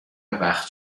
وقت